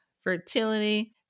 fertility